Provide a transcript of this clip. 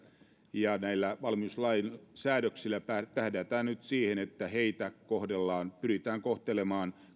ja näillä valmiuslain säädöksillä tähdätään nyt siihen että heitä pyritään kohtelemaan